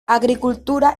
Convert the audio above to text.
agricultura